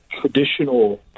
traditional